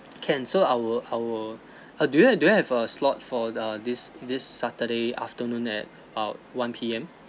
can so I will I will uh do you have do you have a slot for uh this this saturday afternoon at uh one P_M